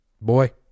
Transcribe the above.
boy